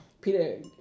Peter